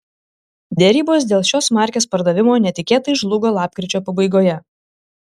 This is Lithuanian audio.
derybos dėl šios markės pardavimo netikėtai žlugo lapkričio pabaigoje